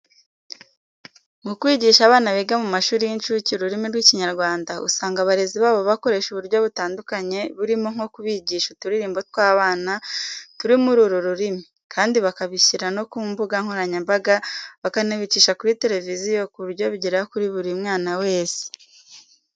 Mu kwigisha abana biga mu mashuri y'incuke ururimi rw'Ikinyarwanda, usanga abarezi babo bakoresha uburyo butandukanye burimo nko kubigisha uturirimbo tw'abana turi muri uru rurimi kandi bakabishyira no ku mbuga nkoranyambaga bakanabicisha kuri televiziyo ku buryo bigera kuri buri mwana wese.